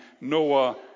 Noah